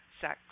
sex